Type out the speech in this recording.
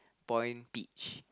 point peach